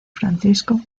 francisco